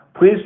please